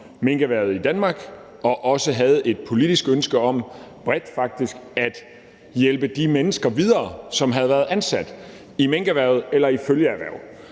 minkerhvervet i Danmark og også havde et politisk ønske om, bredt faktisk, at hjælpe de mennesker videre, som havde været ansat i minkerhvervet eller i følgeerhverv.